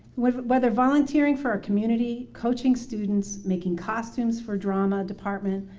whether whether volunteering for our community, coaching students, making costumes for drama department,